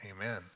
Amen